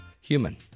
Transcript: human